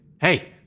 hey